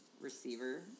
receiver